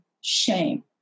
shame